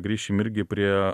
grįšim irgi prie